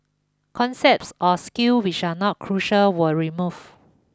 concepts or skills which are not crucial were removed